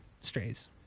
Strays